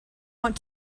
want